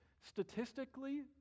statistically